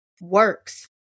works